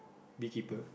bee keeper